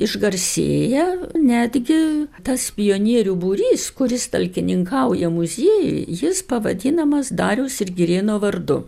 išgarsėja netgi tas pionierių būrys kuris talkininkauja muziejui jis pavadinamas dariaus ir girėno vardu